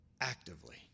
Actively